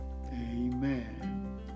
amen